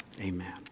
Amen